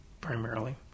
primarily